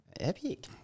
Epic